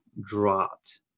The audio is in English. dropped